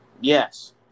Yes